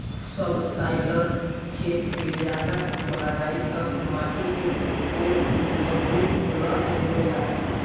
subsoiler खेत के ज्यादा गहराई तक माटी के कोड़ के अउरी पलट देवेला